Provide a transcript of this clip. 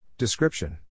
Description